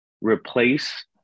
replace